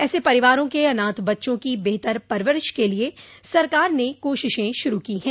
ऐसे परिवारों के अनाथ बच्चों की बेहतर परवरिश के लिये सरकार ने कोशिश शुरू की है